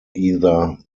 either